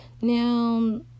now